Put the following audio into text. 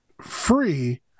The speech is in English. free